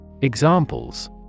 Examples